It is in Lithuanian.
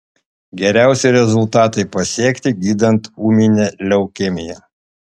geriausi rezultatai pasiekti gydant ūminę leukemiją